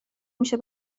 میشه